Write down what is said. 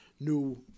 new